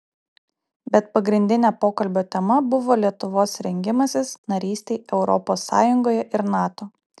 bet pagrindinė pokalbio tema buvo lietuvos rengimasis narystei europos sąjungoje ir nato